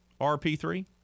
rp3